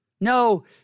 No